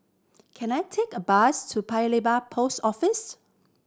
can I take a bus to Paya Lebar Post Office